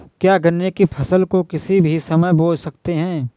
क्या गन्ने की फसल को किसी भी समय बो सकते हैं?